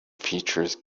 features